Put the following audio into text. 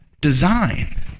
design